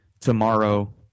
Tomorrow